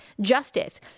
justice